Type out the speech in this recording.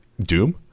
Doom